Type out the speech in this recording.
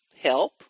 Help